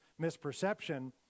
misperception